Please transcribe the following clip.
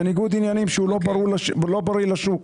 זה ניגוד עניינים שלא בריא לשוק.